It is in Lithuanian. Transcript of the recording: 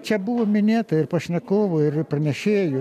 čia buvo minėta ir pašnekovų ir pranešėjų